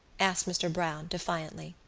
asked mr. browne defiantly.